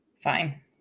Fine